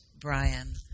Brian